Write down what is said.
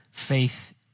faith